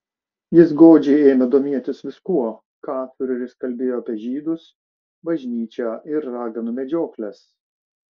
jis godžiai ėmė domėtis viskuo ką fiureris kalbėjo apie žydus bažnyčią ir raganų medžiokles